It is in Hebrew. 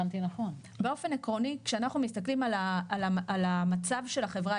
באופן עקרוני כשאנחנו מסתכלים על המצב של חברה,